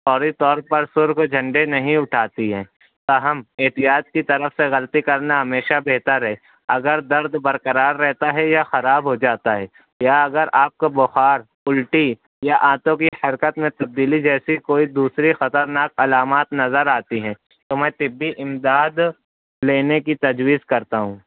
فوری طور پر سرخ جھنڈے نہیں اٹھاتی ہیں تاہم احتیاط کی طرف سے غلطی کرنا ہمیشہ بہتر ہے اگر درد برقرار رہتا ہے یا خراب ہوجاتا ہے یا اگر آپ کو بخار الٹی یا آنتوں کی حرکت میں تبدیلی جیسی کوئی دوسری خطرناک علامات نظر آتی ہیں تو میں طبی امداد لینے کی تجویز کرتا ہوں